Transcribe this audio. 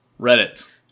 Reddit